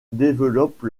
développent